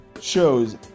shows